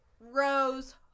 Rose